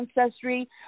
ancestry